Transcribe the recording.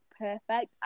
perfect